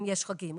אם יש חגים,